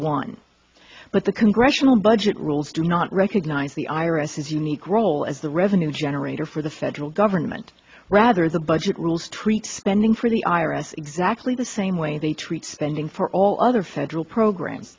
one but the congressional budget rules do not recognize the irises unique role as the revenue generator for the federal government rather the budget rules treat spending for the iris exactly the same way they treat spending for all other federal programs